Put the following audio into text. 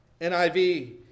NIV